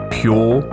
pure